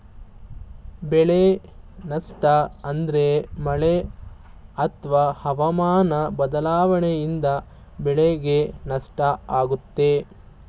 ಬೆಳೆ ನಷ್ಟ ಅಂದ್ರೆ ಮಳೆ ಅತ್ವ ಹವಾಮನ ಬದ್ಲಾವಣೆಯಿಂದ ಬೆಳೆಗೆ ನಷ್ಟ ಆಗುತ್ತೆ